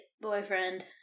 boyfriend